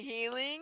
healing